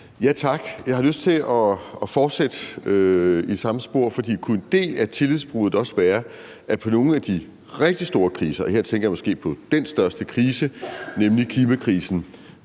Tak. Jeg har lyst til at fortsætte i samme spor. For kunne en del af tilidsbruddet også være, at vi i forbindelse med nogle af de rigtig store kriser – og her tænker jeg måske på den største krise, nemlig klimakrisen